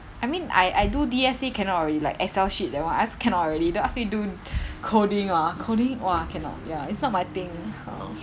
I mean I I do D_S_A cannot already like excel sheet that [one] I also cannot already don't ask me do coding ah coding !wah! cannot ya it's not my thing !huh!